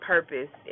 purpose